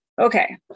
Okay